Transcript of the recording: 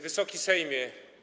Wysoki Sejmie!